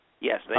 Yes